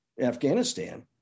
Afghanistan